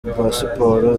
pasiporo